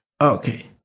Okay